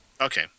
Okay